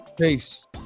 Peace